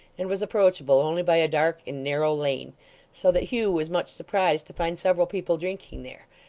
and was approachable only by a dark and narrow lane so that hugh was much surprised to find several people drinking there,